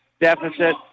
deficit